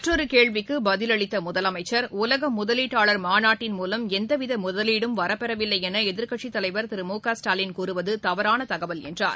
மற்றொரு கேள்விக்கு பதிலளித்த முதலமைச்சர் உலக முதலீட்டாளர் மாநாட்டின் மூலம் எந்தவித முதலீடும் வரப்பெறவில்லை என எதிர்க்கட்சித்தலைவர் திரு முகஸ்டாலின் கூறுவது தவநான தகவல் என்றார்